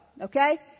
okay